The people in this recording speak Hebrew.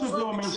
מה שזה אומר,